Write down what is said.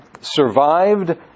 survived